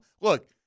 Look